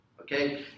Okay